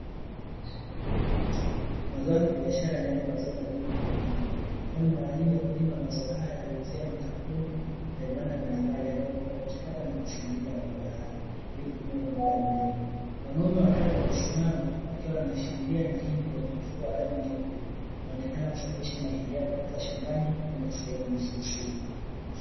Mazao ya kibiashara ni yale yanayolimwa kwa wingi, kwani mara nyingi wakulima wa mazao haya huuzia makmpuni na viwanda mbalimbali ambavyo vinaenda kuchakata kusindika mazao haya, ili kutumika kwa muda mrefu, wanaume watatu waliosimama wakiwa wanashindilia mahindi kwenye mfuko wenye rangi nyeupe wanaonekana wanasafirisha mahindi haya kutoka shambani kwenda eneo husika.